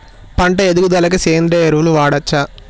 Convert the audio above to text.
పంట ఎదుగుదలకి సేంద్రీయ ఎరువులు వాడచ్చా?